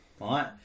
right